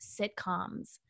sitcoms